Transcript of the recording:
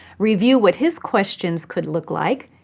review what his questions could look like,